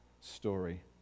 story